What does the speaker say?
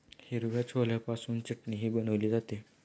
हिरव्या छोल्यापासून चटणीही बनवली जाते